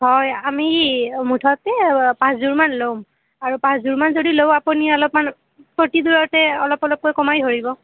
হয় আমি মুঠতে অঁ পাঁচজোৰমান ল'ম আৰু পাঁচজোৰমান যদি লওঁ আপুনি অলপমান প্ৰতিজোৰতে অলপ অলপকৈ কমাই ধৰিব